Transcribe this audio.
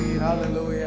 Hallelujah